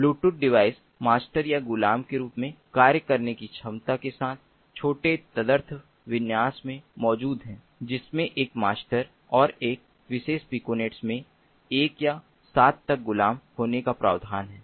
Bluetooth device master या गुलाम के रूप में कार्य करने की क्षमता के साथ छोटे तदर्थ विन्यास में मौजूद है जिसमें एक मास्टर और एक विशेष पिकोनेट में एक या 7 तक गुलाम होने का प्रावधान है